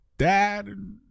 dad